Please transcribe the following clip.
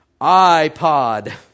iPod